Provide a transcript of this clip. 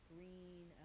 Green